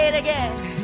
again